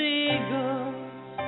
eagles